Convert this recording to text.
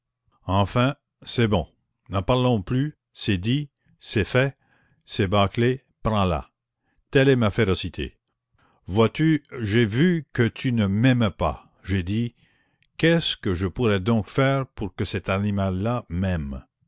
enfin c'est bon n'en parlons plus c'est dit c'est fait c'est bâclé prends-la telle est ma férocité vois-tu j'ai vu que tu ne m'aimais pas j'ai dit qu'est-ce que je pourrais donc faire pour que cet animal-là m'aime